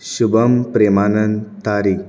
Shubham Premanand Tari